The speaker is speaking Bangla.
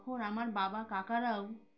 তখন আমার বাবা কাকারাও